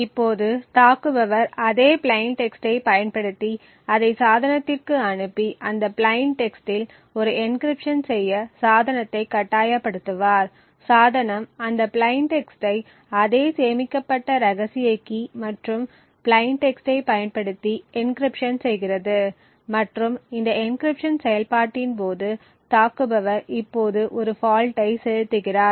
இப்போது தாக்குபவர் அதே பிளைன் டெக்ஸ்டை பயன்படுத்தி அதை சாதனத்திற்கு அனுப்பி அந்த பிளைன் டெக்ஸ்ட் இல் ஒரு என்க்ரிப்ஷன் செய்ய சாதனத்தை கட்டாயப்படுத்துவார் சாதனம் அந்த பிளைன் டெக்ஸ்டை அதே சேமிக்கப்பட்ட ரகசிய கீ மற்றும் பிளைன் டெக்ஸ்டை பயன்படுத்தி என்க்ரிப்ஷன் செய்கிறது மற்றும் இந்த என்க்ரிப்ஷன் செயல்பாட்டின் போது தாக்குபவர் இப்போது ஒரு ஃபால்ட்டை செலுத்துகிறார்